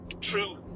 true